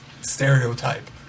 stereotype